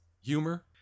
humor